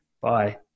Bye